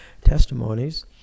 testimonies